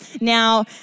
Now